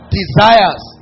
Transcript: desires